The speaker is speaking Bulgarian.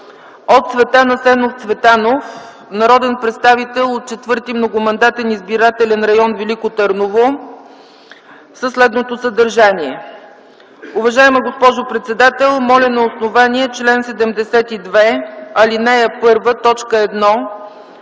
от Цветан Асенов Цветанов – народен представител от 4.Многомандатен избирателен район Велико Търново, със следното съдържание: „Уважаема госпожо председател, Моля на основание чл. 72, ал. 1,